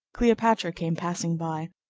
cleopatra came passing by,